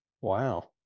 Wow